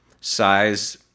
size